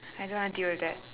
I don't wanna deal with that